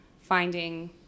finding